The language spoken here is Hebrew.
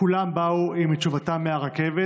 כולם באו עם תשובתם מהרכבת.